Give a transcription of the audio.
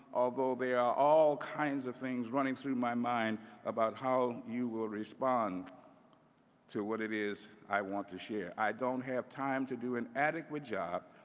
although there are all kinds of things running through my mind about how you will respond to what it is i want to share. i don't have time to do and adequate job,